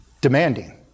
demanding